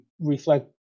reflect